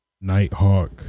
Nighthawk